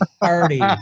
party